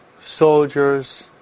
soldiers